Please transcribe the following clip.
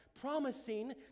promising